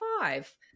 five